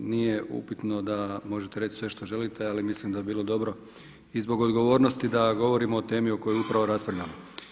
Nije upitno da možete reći sve što želite ali mislim da bi bilo dobro i zbog odgovornosti da govorimo o temi o kojoj upravo raspravljamo.